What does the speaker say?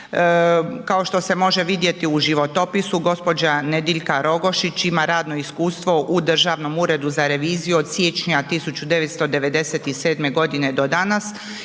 Kao što se može vidjeti u životopisu gospođa Nediljka Rogošić ima radno iskustvo u Državnom uredu za reviziju od siječnja 1997. godine do dana